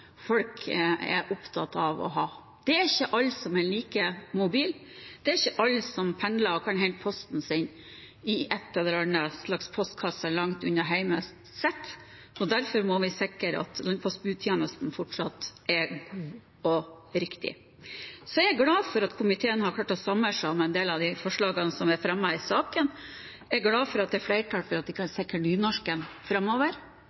folk er opptatt av å ha. Det er ikke alle som er like mobile, det er ikke alle som pendler og kan hente posten sin i en eller annen postkasse langt unna hjemmet sitt. Derfor må vi sikre at landpostbudtjenesten fortsatt er god og riktig. Jeg er glad for at komiteen har klart å samle seg om en del av forslagene som er fremmet i saken. Jeg er glad for at det er flertall for å sikre nynorsken framover.